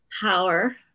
power